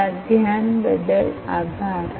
તમારું ધ્યાન બદલ આભાર